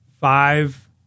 five